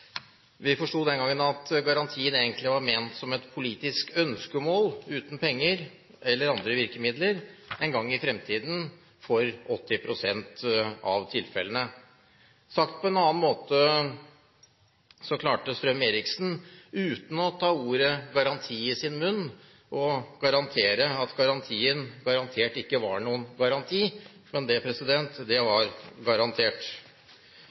Vi forsto den gangen at garantien egentlig var ment som et politisk ønskemål uten penger eller andre virkemidler en gang i fremtiden for 80 pst. av tilfellene. Sagt på en annen måte klarte statsråd Strøm-Erichsen, uten å ta ordet «garanti» i sin munn, å garantere at garantien garantert ikke var noen garanti – men det var garantert. Det